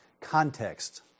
context